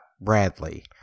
Bradley